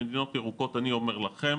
במדינות ירוקות, אני אומר לכם,